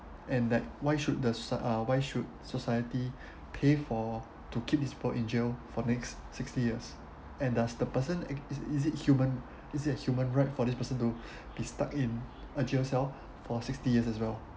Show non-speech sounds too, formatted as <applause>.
and like why should the so~ uh why should society <breath> pay for to keep these people in jail for next sixty years and does the person <noise> is it human is it a human right for this person to be stuck in a jail cell <breath> for sixty years as well